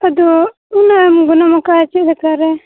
ᱟᱫᱚ ᱩᱱᱟᱹᱜ ᱮᱢ ᱜᱚᱱᱚᱝ ᱟᱠᱟᱫᱟ ᱪᱮᱫ ᱞᱮᱠᱟ ᱨᱮ